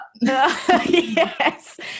Yes